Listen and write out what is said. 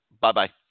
Bye-bye